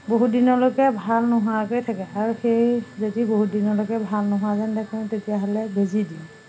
বহু দিনলৈকে ভাল নোহোৱাকৈ থাকে আৰু সেই যদি বহুত দিনলৈকে ভাল নোহোৱা যেন দেখোঁ তেতিয়াহ'লে বেজী দিওঁ